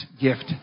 gift